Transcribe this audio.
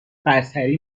برتری